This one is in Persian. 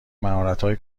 مهارتهای